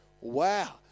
Wow